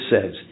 says